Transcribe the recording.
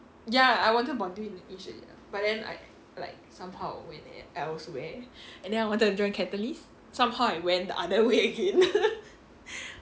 ya I wanted bondue initially lah but then I like somehow went elsewhere and then I wanted to join catalyst somehow I went the other way again